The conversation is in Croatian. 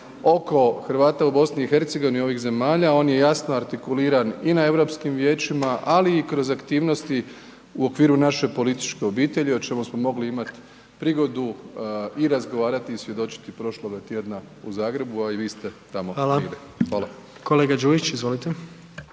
oko Hrvata u BiH i ovih zemalja on je jasno artikuliran i na Europskim vijećima, ali i kroz aktivnosti u okviru naše političke obitelji o čemu smo mogli imati prigodu i razgovarati i svjedočiti prošloga tjedna u Zagrebu, a i vi ste tamo bili. Hvala. **Jandroković, Gordan